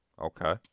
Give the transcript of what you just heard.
Okay